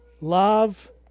love